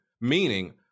meaning